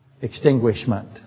extinguishment